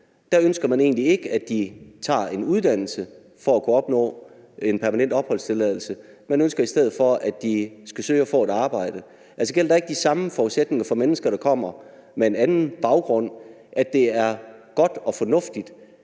mennesker egentlig ikke ønsker, at de tager en uddannelse for at kunne opnå en permanent opholdstilladelse. Man ønsker i stedet for, at de skal søge og få et arbejde. Gælder der ikke de samme forudsætninger for mennesker, der kommer med en anden baggrund, nemlig at det er godt og fornuftigt,